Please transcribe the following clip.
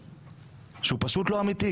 הוא פשוט לא אמיתי.